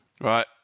Right